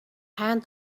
hand